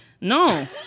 No